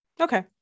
Okay